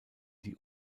die